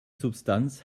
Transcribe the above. substanz